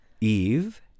Eve